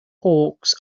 hawks